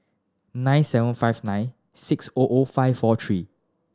nine seven five nine six O O five four three